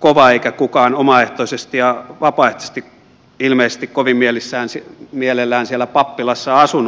kova eikä kukaan omaehtoisesti ja vapaaehtoisesti ilmeisesti kovin mielellään siellä pappilassa asunut